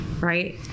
right